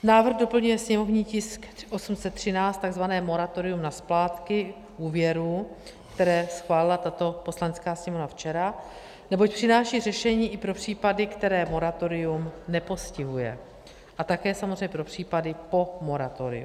Návrh doplňuje sněmovní tisk 813, takzvané moratorium na splátky úvěru, které schválila tato Poslanecká sněmovna včera, neboť přináší řešení i pro případy, které moratorium nepostihuje, a také samozřejmě pro případy po moratoriu.